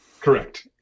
correct